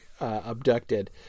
abducted